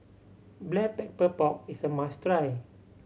Black Pepper Pork is a must try